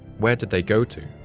where did they go to?